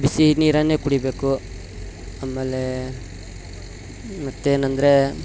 ಬಿಸಿ ನೀರನ್ನೆ ಕುಡಿಬೇಕು ಆಮೇಲೆ ಮತ್ತೇನಂದರೆ